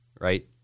right